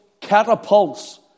catapults